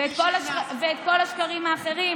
את כל השקרים האחרים